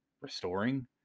restoring